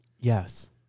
Yes